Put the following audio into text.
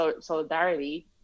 solidarity